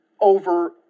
over